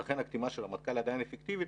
ולכן הקטימה של הרמטכ"ל עדיין אפקטיבית.